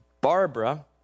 Barbara